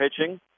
pitching